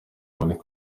haboneke